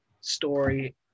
story